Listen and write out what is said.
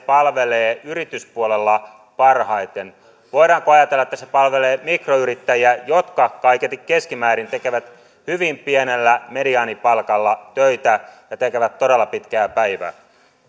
palvelee yrityspuolella parhaiten voidaanko ajatella että se palvelee mikroyrittäjiä jotka kaiketi keskimäärin tekevät hyvin pienellä mediaanipalkalla töitä ja tekevät todella pitkää päivää